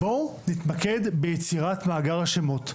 בואו נתמקד ביצירת מאגר השמות.